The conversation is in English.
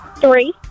Three